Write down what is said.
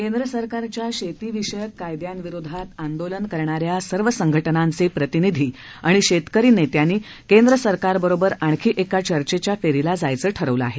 केंद्रसरकारच्या शेतीविषयक कायद्यांविरोधात आंदोलन करणाऱ्या सर्व संघटनांचे प्रतिनिधी आणि शेतकरी नेत्यांनी केंद्रसरकार बरोबर आणखी एका चर्चेच्या फेरीला जायचं ठरवलं आहे